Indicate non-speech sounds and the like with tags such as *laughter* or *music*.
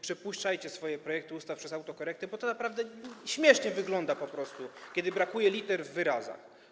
Przepuszczajcie swoje projekty ustaw przez autokorektę, *applause* bo to naprawdę śmiesznie wygląda, kiedy brakuje liter w wyrazach.